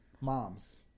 Mom's